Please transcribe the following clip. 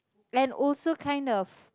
and also kind of